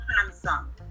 handsome